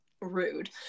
rude